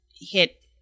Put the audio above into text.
hit